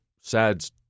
sad